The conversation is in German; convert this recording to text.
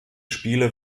spiele